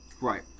Right